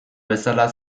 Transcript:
bezala